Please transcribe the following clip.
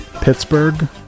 pittsburgh